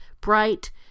bright